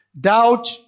Doubt